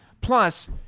Plus